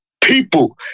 people